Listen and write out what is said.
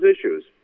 issues